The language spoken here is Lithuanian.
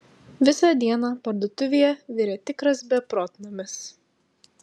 visą dieną parduotuvėje virė tikras beprotnamis